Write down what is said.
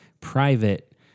private